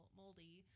moldy